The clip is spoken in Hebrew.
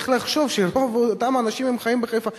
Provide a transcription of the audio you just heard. צריך לחשוב שאותם אנשים חיים בחיפה.